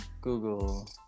Google